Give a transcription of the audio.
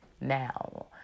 now